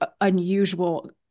unusual